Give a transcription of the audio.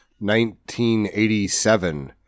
1987